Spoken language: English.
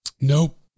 Nope